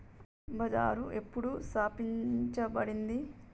Agri bazaar ఎప్పుడు స్థాపించబడింది?